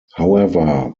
however